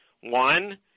One